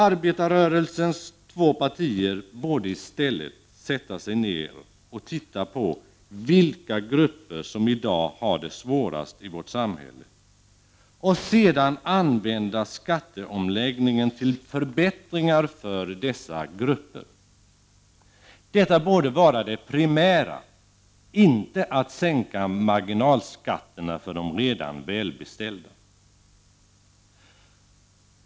Arbetarrörelsens två partier borde i stället sätta sig ner och titta på vilka grupper som i dag har det svårast i vårt samhälle och sedan använda skatteomläggningen till förbättringar för dessa grupper. Detta borde vara det primära, inte att sänka marginalskatterna för de redan välbeställda.